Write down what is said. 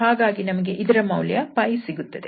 ಹಾಗಾಗಿ ನಮಗೆ ಇದರ ಮೌಲ್ಯ 𝜋 ಸಿಗುತ್ತದೆ